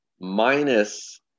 minus